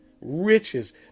riches